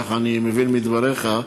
ככה אני מבין מדבריך,